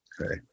okay